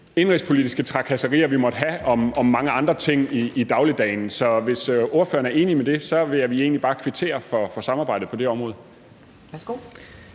indenrigspolitiske trakasserier, vi måtte have om mange andre ting i dagligdagen. Så hvis ordføreren er enig i det, vil jeg egentlig bare kvittere for samarbejdet på det område.